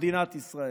במדינת ישראל.